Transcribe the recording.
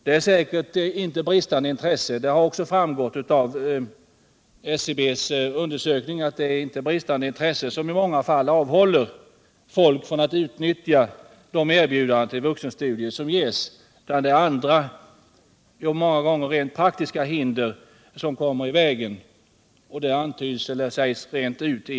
Av SCB:s undersökning har det också framgått att det ofta inte är brist på intresse som avhåller folk från att utnyttja de erbjudanden till vuxenstudier som ges, utan många gånger är det andra och rent praktiska hinder.